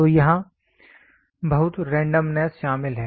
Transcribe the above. तो यहाँ बहुत रेंडमनेस शामिल है